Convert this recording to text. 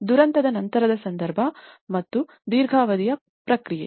ದುರಂತದ ನಂತರದ ಸಂದರ್ಭ ಮತ್ತು ದೀರ್ಘಾವಧಿಯ ಪ್ರಕ್ರಿಯೆ